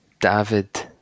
David